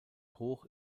hoch